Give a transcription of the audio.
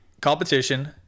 competition